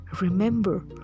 Remember